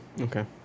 Okay